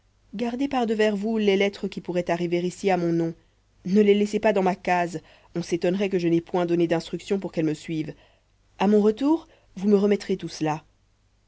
gardez par devers vous les lettres qui pourraient arriver ici à mon nom ne les laissez pas dans ma case on s'étonnerait que je n'aie point donné d'instructions pour qu'elles me suivent à mon retour vous me remettrez tout cela